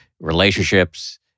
relationships